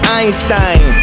Einstein